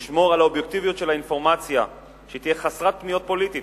של האינפורמציה, שתהיה חסרת פניות פוליטית.